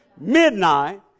Midnight